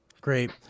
Great